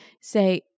Say